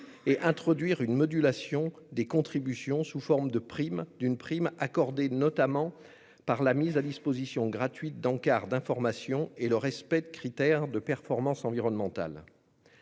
et introduire une modulation des contributions sous la forme d'une prime accordée notamment par la mise à disposition gratuite d'encarts d'information et le respect de critères de performance environnementale.